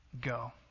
go